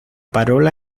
parola